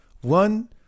One